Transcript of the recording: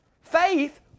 Faith